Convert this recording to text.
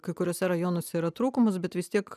kai kuriuose rajonuose yra trūkumas bet vis tiek